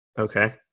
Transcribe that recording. Okay